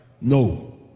No